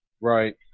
Right